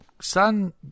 son